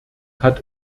hat